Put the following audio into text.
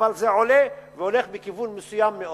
אבל זה עולה והולך בכיוון מסוים מאוד.